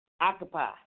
occupy